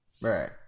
Right